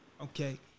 Okay